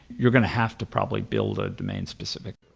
you're going to have to probably build a domain-specific